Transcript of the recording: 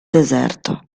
deserto